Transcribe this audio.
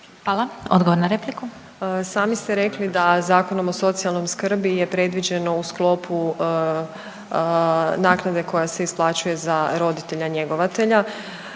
Željka (HDZ)** I sami ste rekli da Zakonom o socijalnoj skrbi je predviđeno u sklopu naknade koja se isplaćuje za roditelja njegovatelja,